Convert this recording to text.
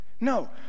No